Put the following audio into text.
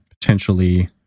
potentially